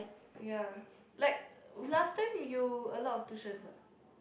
ya like last time when you a lot of tuitions eh